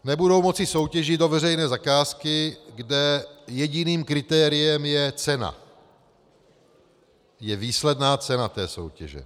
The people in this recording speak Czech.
Nebudou moci soutěžit o veřejné zakázky, kde jediným kritériem je cena, je výsledná cena soutěže.